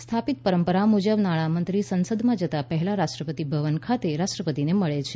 સ્થાપિત પરંપરા મુજબ નાણાંમંત્રી સંસદમાં જતા પહેલા રાષ્ટ્રપતિ ભવન ખાતે રાષ્ટ્રપતિને મળે છે